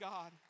God